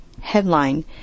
Headline